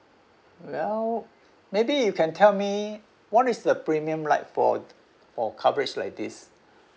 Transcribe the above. well maybe you can tell me what is the premium like for for coverage like this